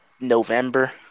November